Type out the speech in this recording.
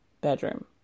bedroom